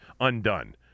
undone